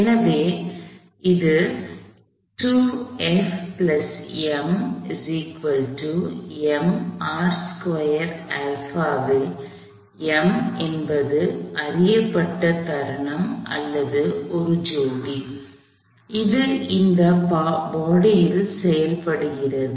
எனவே இது கூறுகிறது ல் M என்பது அறியப்பட்ட தருணம் அல்லது ஒரு ஜோடி அது இந்த பாடியில் செயல்படுகிறது